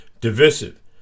divisive